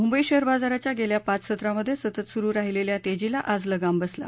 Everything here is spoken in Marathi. मुंबई शेअर बाजारात गेल्या पाच सत्रांमधे सतत सुरु राहिलेल्या तेजीला आज लगाम बसला